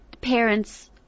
parents